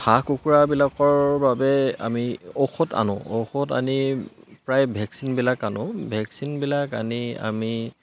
হাঁহ কুকুৰাবিলাকৰ বাবে আমি ঔষধ আনোঁ ঔষধ আনি প্ৰায় ভেকচিনবিলাক আনোঁ ভেকচিনবিলাক আনি আমি